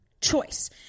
choice